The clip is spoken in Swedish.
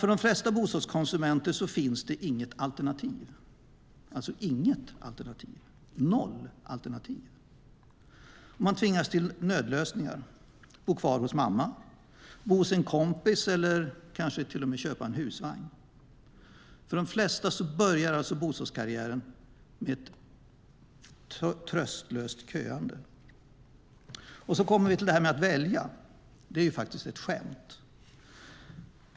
För de flesta bostadskonsumenter finns det inget alternativ, alltså inget alternativ, noll alternativ. Man tvingas till nödlösningar som att bo kvar hos mamma, bo hos en kompis eller kanske köpa en husvagn. För de flesta börjar bostadskarriären med ett tröstlöst köande. Och så kommer jag till det här med att välja. Att välja - det är faktiskt ett skämt.